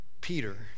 Peter